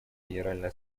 генеральной